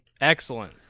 Excellent